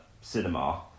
cinema